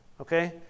okay